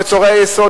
מוצרי היסוד,